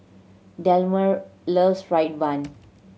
Delmer loves fried bun